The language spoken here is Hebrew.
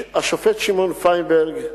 השופט שמעון פיינברג,